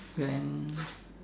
then